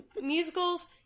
Musicals